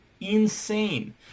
insane